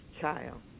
child